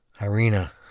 Irina